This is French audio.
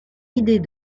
idée